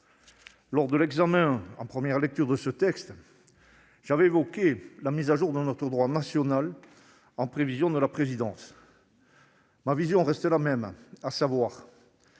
Lors de l'examen du texte en première lecture, j'ai évoqué la mise à jour de notre droit national en prévision de cette présidence. Ma vision reste la même, à savoir